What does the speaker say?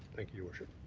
thank you, your worship.